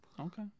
Okay